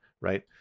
right